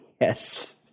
Yes